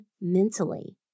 mentally